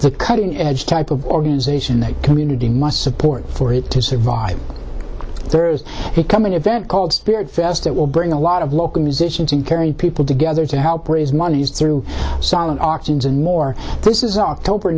the cutting edge type of organization the community must support for it to survive there is a coming event called spirit fest that will bring a lot of local musicians and kerry people together to help raise money through silent auctions and more this is october